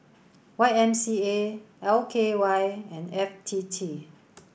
Y M C A L K Y and F T T